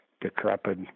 decrepit